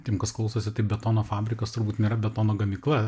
tiem kas klausosi tai betono fabrikas turbūt nėra betono gamykla